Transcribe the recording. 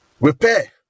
repair